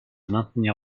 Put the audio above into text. maintenir